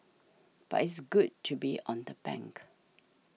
but it's good to be on the bank